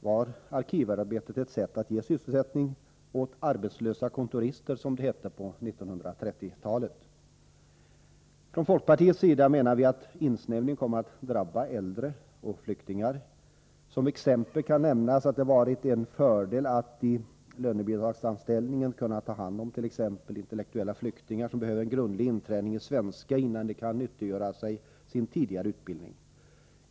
var arkivarbetet ett sätt att ge sysselsättning åt arbetslösa kontorister, som det hette på 1930-talet. Från folkpartiets sida menar vi att insnävningen kommer att drabba äldre och flyktingar. Som ett exempel kan nämnas att det varit en fördel att man genom lönebidragsanställningen kunnat ta hand om t.ex. intellektuella flyktingar som behöver en grundlig inträning i svenska, innan de kan nyttiggöra sig tidigare utbildning.